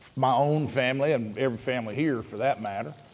my own family, and every family here for that matter,